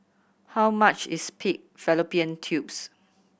how much is pig fallopian tubes